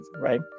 right